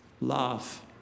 love